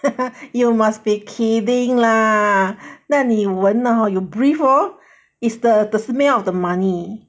you must be kidding lah 那你闻了 hor you breathe lor is the the smell of the money